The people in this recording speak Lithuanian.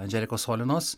andželikos cholinos